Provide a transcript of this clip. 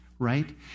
right